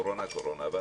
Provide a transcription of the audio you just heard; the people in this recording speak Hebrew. קורונה-קורונה,